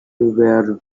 ever